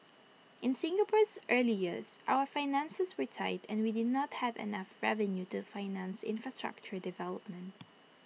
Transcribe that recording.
in Singapore's early years our finances were tight and we did not have enough revenue to finance infrastructure development